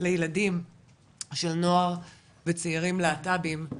לילדים לנוער ולצעירים להט"בים,